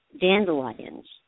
Dandelions